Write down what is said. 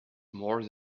more